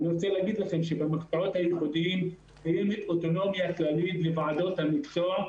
במקצועות הייחודיים קיימת אוטונומיה כללית בוועדות המקצוע,